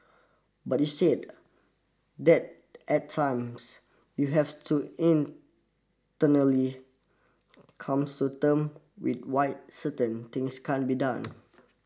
but you said that at times you have to in come to term with why certain things cannot be done